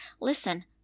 Listen